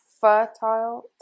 fertile